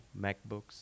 MacBooks